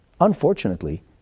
Unfortunately